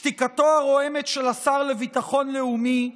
משתיקתו הרועמת של השר לביטחון לאומי,